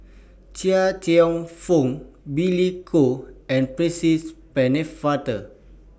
Chia Cheong Fook Billy Koh and Percy Pennefather